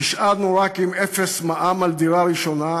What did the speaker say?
נשארנו רק עם אפס מע"מ על דירה ראשונה,